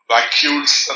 Vacuoles